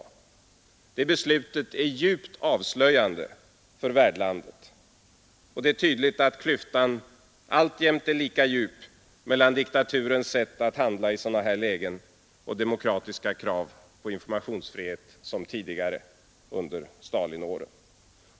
Det beslutet är mycket avslöjande för värdlandet. Det är tydligt att klyftan alltjämt är lika djup mellan diktaturens sätt att handla i sådana här lägen och demokratiska krav på informationsfrihet som den var tidigare, under Stalinåren.